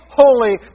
holy